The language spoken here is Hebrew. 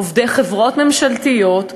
עובדי חברות ממשלתיות,